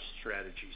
strategies